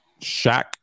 Shaq